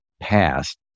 past